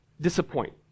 disappoint